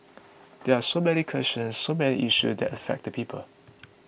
there are so many questions so many issues that affect the people